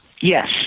Yes